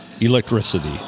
Electricity